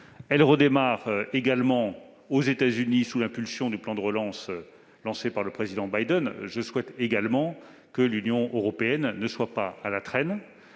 l'Asie, mais également aux États-Unis, sous l'impulsion du plan de relance lancé par le Président Biden. Je souhaite que l'Union européenne ne soit pas à la traîne